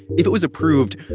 if it was approved,